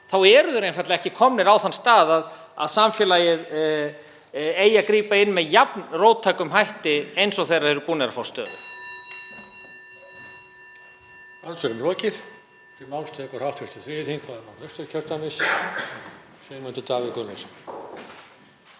eru þeir einfaldlega ekki komnir á þann stað að samfélagið eigi að grípa inn með jafn róttækum hætti og þegar þeir eru búnir að fá stöðu.